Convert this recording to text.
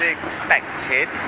expected